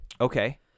Okay